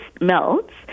melts